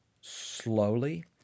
slowly